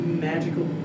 magical